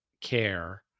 care